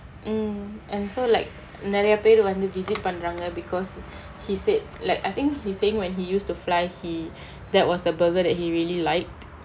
mm and so like நிறைய பேர் வந்து:niraiya per vanthu visit பண்றாங்க:pandraanga because he said like I think he saying when he used to fly he that was the burger that he really liked